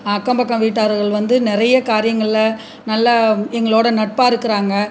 அக்கம் பக்கம் வீட்டார்கள் வந்து நிறைய காரியங்களில் நல்லா எங்களோடய நட்பாக இருக்கிறாங்க